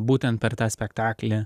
būtent per tą spektaklį